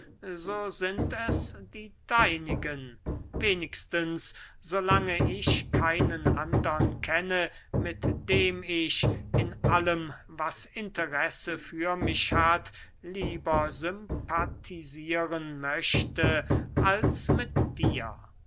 so sind es die deinigen wenigstens so lange ich keinen andern kenne mit dem ich in allem was interesse für mich hat lieber sympathisieren möchte als mit dir